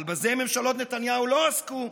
אבל בזה ממשלות נתניהו לא עסקו,